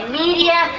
media